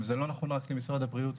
זה לא נכון רק למשרד הבריאות,